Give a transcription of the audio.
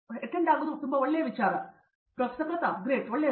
Pratap Haridas great ಒಳ್ಳೆಯದು